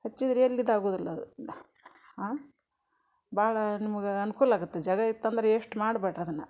ಹಚ್ಚಿದ್ರೆ ಎಲ್ಲೂ ಇದಾಗೋದಿಲ್ಲ ಅದು ಭಾಳ ನಿಮಗೆ ಅನುಕೂಲಾಗತ್ತೆ ಜಾಗ ಇತ್ತಂದರೆ ಯೇಶ್ಟ್ ಮಾಡ್ಬೇಡ್ರಿ ಅದನ್ನು